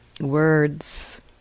words